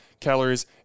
calories